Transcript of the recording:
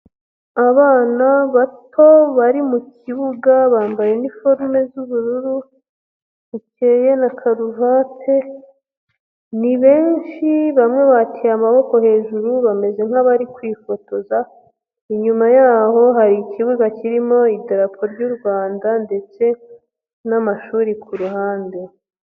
Abana bato bari mu kibuga bambaye iniforume z'ubururu bukeye na karuvati, ni benshi bamwe bashyize amaboko hejuru bameze nk'abari kwifotoza. Inyuma yaho hari ikibuga kirimo idarapo ry'u Rwanda ndetse n'amashuri ku ruhande.